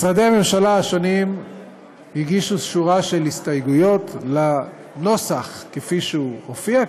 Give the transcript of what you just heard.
משרדי הממשלה השונים הגישו שורה של הסתייגויות לנוסח כפי שהוא הופיע,